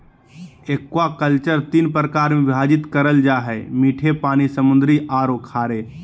aquaculture तीन प्रकार में विभाजित करल जा हइ मीठे पानी, समुद्री औरो खारे